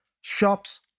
Shops